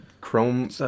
Chrome